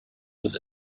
with